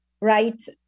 right